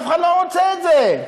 אף אחד לא רוצה את זה,